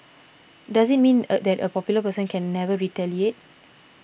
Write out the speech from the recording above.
does it mean that a popular person can never retaliate